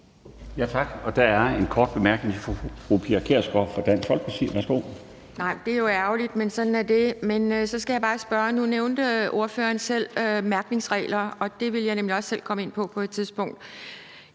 Tak. Og der er en kort bemærkning. Fru Pia Kjærsgaard fra Dansk Folkeparti. Værsgo. Kl. 16:07 Pia Kjærsgaard (DF): Nej, det er jo ærgerligt, men sådan er det. Så skal jeg bare spørge om mærkning, for nu nævnte ordføreren selv mærkningsregler, og det vil jeg nemlig også selv komme ind på på et tidspunkt.